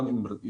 גם אם רוצים.